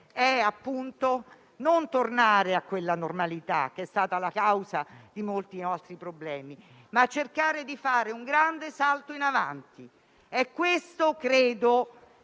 è non tornare a quella normalità che è stata la causa di molti nostri problemi, ma cercare di fare un grande salto in avanti. Credo